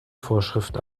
vorschrift